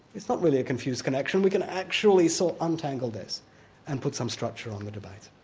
it's not really a confused connection, we can actually so untangle this and put some structure on the debate.